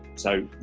so,